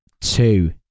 Two